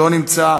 לא נמצא,